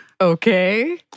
Okay